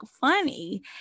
funny